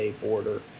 border